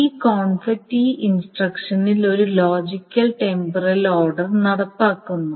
ഈ കോൺഫ്ലിക്റ്റ് ഈ ഇൻസ്ട്രക്ഷനിൽ ഒരു ലോജിക്കൽ ടെമ്പറൽ ഓർഡർ നടപ്പിലാക്കുന്നു